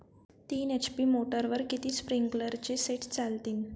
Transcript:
तीन एच.पी मोटरवर किती स्प्रिंकलरचे सेट चालतीन?